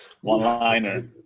One-liner